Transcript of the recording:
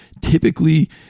typically